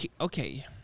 okay